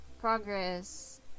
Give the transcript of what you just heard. progress